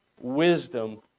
wisdom